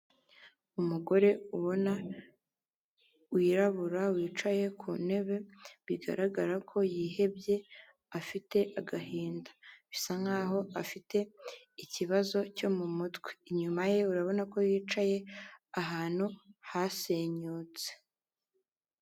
Umugore ubona wirabura wicaye ku ntebe, bigaragara ko yihebye, afite agahinda. Bisa nkaho afite ikibazo cyo mu mutwe. Inyuma ye urabona ko yicaye ahantu hasenyutse.